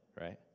right